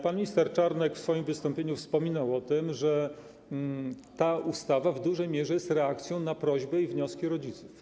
Pan minister Czarnek w swoim wystąpieniu wspominał o tym, że ta ustawa w dużej mierze jest reakcją na prośby i wnioski rodziców.